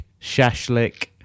shashlik